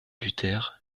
luther